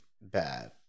bad